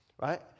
right